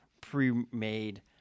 pre-made